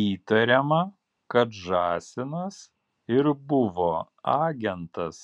įtariama kad žąsinas ir buvo agentas